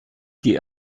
die